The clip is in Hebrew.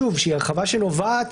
שוב שהיא הרחבה שנובעת